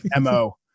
MO